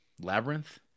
Labyrinth